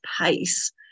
pace